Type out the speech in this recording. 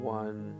one